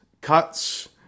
cuts